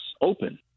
open